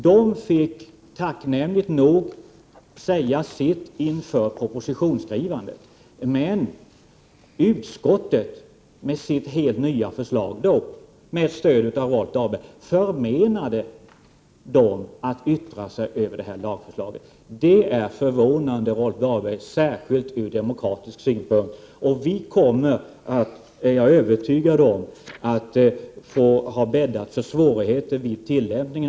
De fick tacknämligt nog säga sitt inför propositionsskrivandet. Men utskottet, med sitt helt nya förslag — med stöd av Rolf Dahlberg — förmenade dem att yttra sig över det här lagförslaget. Det är förvånande, Rolf Dahlberg, särskilt ur demokratisk synpunkt. Jag är övertygad om att vi kommer att ha bäddat för svårigheter vid tillämpningen.